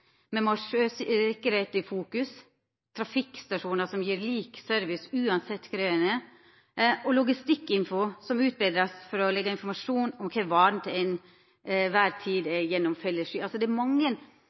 Me må ha sjøsikkerheit i fokus, trafikkstasjonar som gjev lik service uansett kvar ein er, og logistikkinfo som vert utbetra for å leggja ut informasjon om kvar vara til